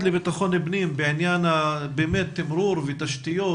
לביטחון הפנים בעניין התמרור ותשתיות,